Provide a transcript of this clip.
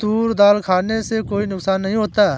तूर दाल खाने से कोई नुकसान नहीं होता